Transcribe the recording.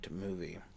movie